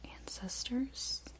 ancestors